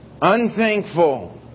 Unthankful